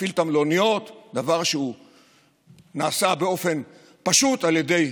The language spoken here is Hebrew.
להפעיל את המלוניות, דבר שנעשה באופן פשוט על ידי